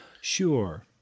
sure